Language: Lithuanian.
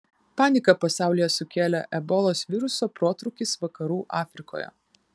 paniką pasaulyje sukėlė ebolos viruso protrūkis vakarų afrikoje